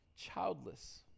Childless